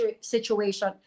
situation